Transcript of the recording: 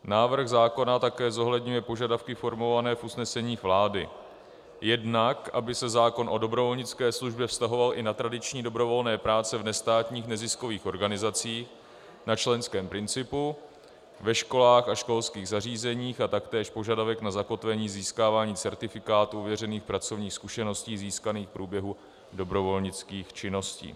Návrh zákona také zohledňuje požadavky formulované v usneseních vlády, jednak aby se zákon o dobrovolnické službě vztahoval i na tradiční dobrovolné práce v nestátních neziskových organizacích na členském principu, ve školách a školských zařízeních, a taktéž požadavek na zakotvení získávání certifikátů ověřených pracovních zkušeností získaných v průběhu dobrovolnických činností.